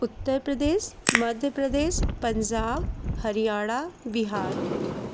Uttar Pradesh Madhya Pradesh Punjab Haryana Bihar